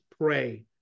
pray